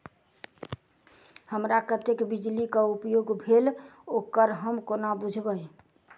हमरा कत्तेक बिजली कऽ उपयोग भेल ओकर हम कोना बुझबै?